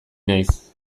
naiz